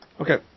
Okay